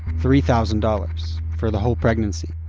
three thousand dollars for the whole pregnancy.